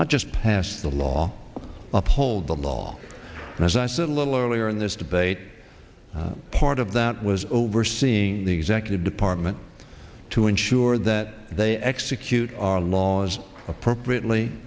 not just pass the law uphold the law and as i said a little earlier in this debate part of that was overseeing the executive department to ensure that they execute our laws appropriately